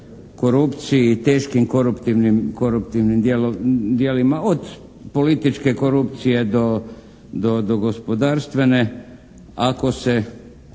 korupciji i teškim koruptivnim djelima od političke korupcije do gospodarstvene ako se